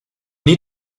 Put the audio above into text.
need